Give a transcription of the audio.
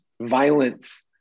violence